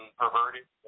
perverted